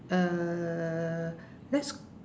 uhh let's